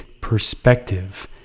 Perspective